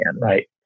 right